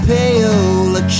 Paola